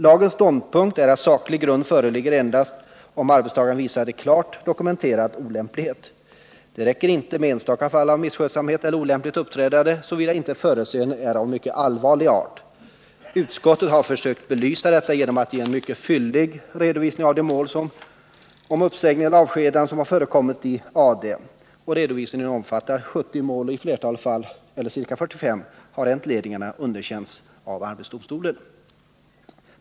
Lagens ståndpunkt är att saklig grund föreligger endast om arbetstagaren visat en klart dokumenterad olämplighet. Det räcker inte med enstaka fall av misskötsamhet eller olämpligt uppträdande, såvida inte förseelsen är av en mycket allvarlig art. Utskottet har försökt belysa detta genom att ge en mycket fyllig redovisning av de mål om uppsägning eller avskedande som har förekommit i arbetsdomstolen. Redovisningen omfattar 70 mål och i flertalet fall, eller ca 45, har entledigandena underkänts av arbetsdomstolen.